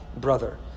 brother